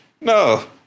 no